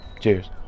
Cheers